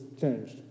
changed